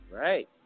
Right